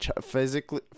physically